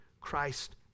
Christ